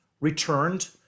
returned